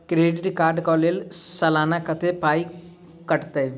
Credit card कऽ लेल सलाना कत्तेक पाई कटतै?